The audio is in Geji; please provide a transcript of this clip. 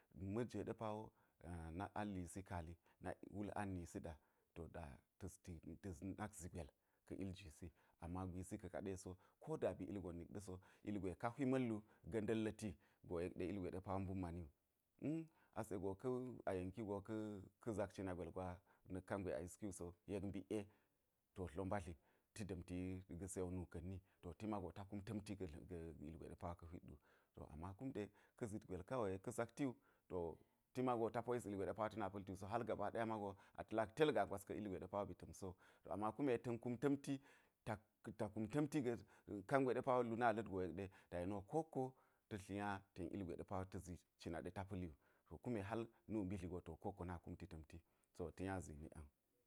Ma̱jwe ɗe pa wo nak ang lisi kaali nak wul ang nisi ɗa, da ta̱s nak zi gwel ka̱ iljwis, ama gwisi ka̱ kaɗe so ko da ba̱ ilgon nik ɗa̱ so ilgwe ka hwi ma̱llu ga̱ nda̱lla̱ti go yek ɗe ilgwe mbun mani wu hm ase go a yenki go ka̱ zak cina gwel gwa na̱k kangwe a yiski wu so, yek mbik ye to, dlo mbadli, ti da̱mti ga̱ se wo nuka̱nni ti mago ta kum ta̱mti ga̱ ilgwe ka̱ hwit wu, ama kum ɗe ka̱ zit gwel kawe yek ka̱ zakti wu ti mago ta̱ po yis ilgwe ta pa̱li wuso hal a ta̱ lak tel gaa gwas ka̱ ilgwe ɗe pa wo ba̱ ta̱m sowu ɗe ba̱ ta̱m sowu. ama ta̱n kum ta̱mti ta kum ta̱mti ga̱ kangwe ɗe paw wo lu na la̱t go yek ɗe ta yeni wo kowokko ta̱ tliny ten ilgwe ɗe ta̱ zi cina ɗe ta pa̱li wu. kume nu bi dli go to kowokko na kumti ta̱mti to ta̱ nya zini ang.